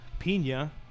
Pina